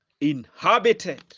inhabited